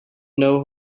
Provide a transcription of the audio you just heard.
know